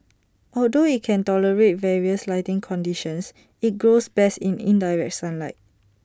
although IT can tolerate various lighting conditions IT grows best in indirect sunlight